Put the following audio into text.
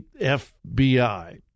FBI